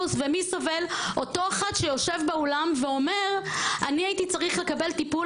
ומי סובל אותו אחד שיושב באולם ואומר: אני הייתי צריך לקבל טיפול.